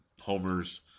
homers